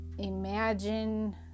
imagine